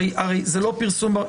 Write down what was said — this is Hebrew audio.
הרי זה לא פרסום.